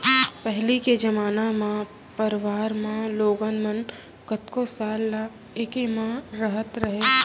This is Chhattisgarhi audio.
पहिली के जमाना म परवार म लोगन मन कतको साल ल एके म रहत रहें